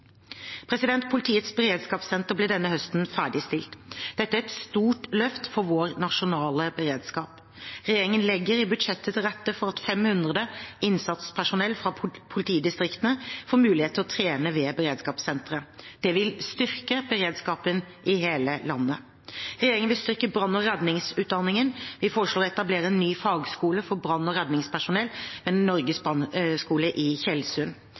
Politiets beredskapssenter ble denne høsten ferdigstilt. Dette er et stort løft for vår nasjonale beredskap. Regjeringen legger i budsjettet til rette for at 500 innsatspersonell fra politidistriktene får mulighet til å trene ved beredskapssenteret. Det vil styrke beredskapen i hele landet. Regjeringen vil styrke brann- og redningsutdanningen. Vi foreslår å etablere ny fagskole for brann- og redningspersonell ved Norges brannskole i